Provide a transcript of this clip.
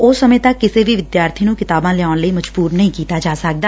ਉਸ ਸਮੇਂ ਤੱਕ ਕਿਸੇ ਵੀ ਵਿਦਿਆਰਥੀ ਨੂੰ ਕਿਤਾਬਾਂ ਲਿਆਉਣ ਲਈ ਮਜ਼ਬਰ ਨਹੀਂ ਕੀਤਾ ਜਾ ਸਕਦਾ